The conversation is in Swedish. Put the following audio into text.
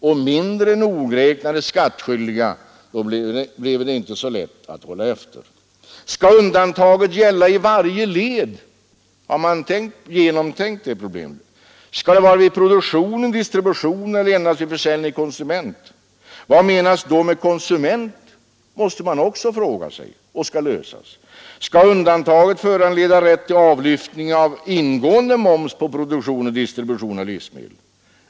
Och det skulle minsann inte bli lätt att hålla efter mindre nogräknade skattskyldiga Skall vidare undantaget gälla i varje led? Har man tänkt igenom det problemet? Skall det gälla såväl produktion som distribution och försäljning till konsument? Där måste man i så fall också fråga vad som menas med konsument. Även det är en fråga som måste lösas. Och skall undantaget föranleda rätt till avlyftning av ingående moms på produktion och distribution av livsmedel?